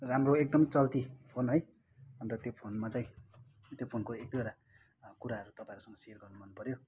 राम्रो एकदम चल्ती फोन है अन्त त्यो फोनमा चाहिँ त्यो फोनको एक दुईवटा कुराहरू तपाईँहरूसँग सेयर गर्नु मन पऱ्यो